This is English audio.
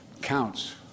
counts